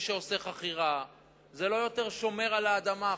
החכירה לא שומרת יותר על האדמה.